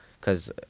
Cause